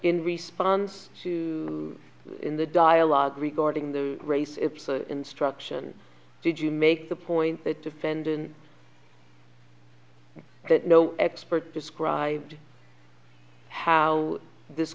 in response in the dialogue regarding the race instruction did you make the point that defendant that no expert described how this